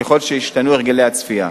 ככל שישתנו הרגלי הצפייה.